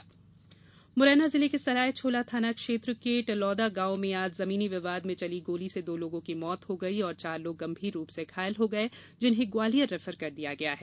गोलीबारी मौत मुरैना जिले के सराय छोला थाना क्षेत्र के टिलौदा गांव में आज जमीनी विवाद में चली गोली से दो लोगों की मौत हो गई और चार लोग गंभीर रुप से घायल हो गए जिन्हें ग्वालियर रेफर कर दिया गया है